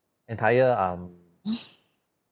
entire um